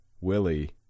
Willie